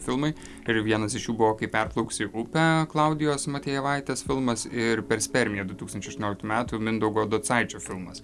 filmai ir vienas iš jų buvo kai perplauksi upę klaudijos matvejevaitės filmas ir per spermiją du tūkstančiai šešioliktų metų mindaugo docaičio filmas